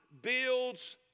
builds